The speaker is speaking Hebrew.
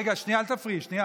רגע, שנייה, אל תפריעי.